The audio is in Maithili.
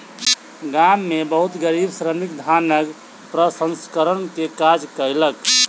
गाम में बहुत गरीब श्रमिक धानक प्रसंस्करण में काज कयलक